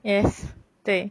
yes 对